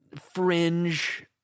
fringe